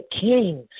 king